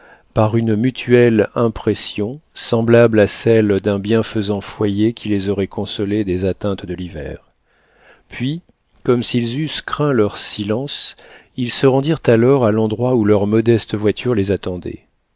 par une mutuelle impression semblable à celle d'un bienfaisant foyer qui les aurait consolés des atteintes de l'hiver puis comme s'ils eussent craint leur silence ils se rendirent alors à l'endroit où leur modeste voiture les attendait